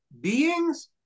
beings